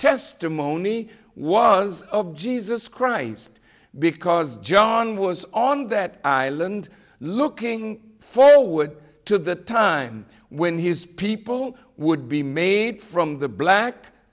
testimony was of jesus christ because john was on that island looking forward to the time when his people would be made from the black